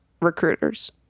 recruiters